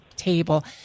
table